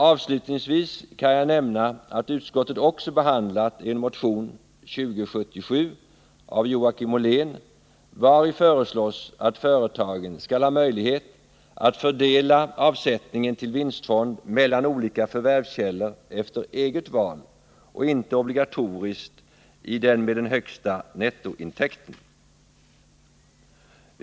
Avslutningsvis kan jag nämna att utskottet också behandlat motion 2077 av Joakim Ollén, vari föreslås att företagen skall ha möjlighet att fördela avsättningen till vinstfond mellan olika förvärvskällor efter eget val och inte obligatoriskt i den med den högsta nettointäkten.